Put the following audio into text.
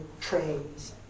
trays